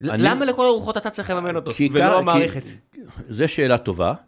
למה לכל הרוחות אתה צריך לממן אותו, ולא המערכת? זו שאלה טובה.